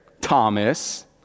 Thomas